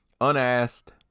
Unasked